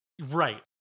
Right